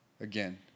again